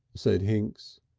said hinks.